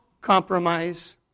compromise